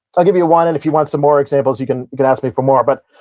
i'll give you one, and if you want some more examples, you can can ask me for more. but,